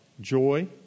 Joy